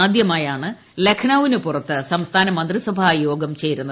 ആദ്യമായാണ് ലക്നൌവിനു പുറത്ത് സംസ്ഥാന മന്ത്രിസഭാ യോഗം ചേരുന്നത്